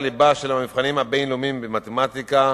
הליבה של המבחנים הבין-לאומיים במתמטיקה,